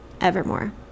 Evermore